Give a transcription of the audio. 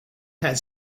had